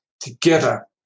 Together